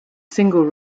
single